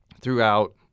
throughout